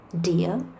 Dear